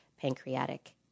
pancreatic